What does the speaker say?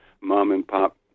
mom-and-pop